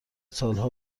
سالها